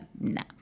no